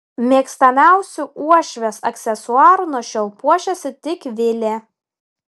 mėgstamiausiu uošvės aksesuaru nuo šiol puošiasi tik vilė